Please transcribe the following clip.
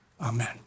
Amen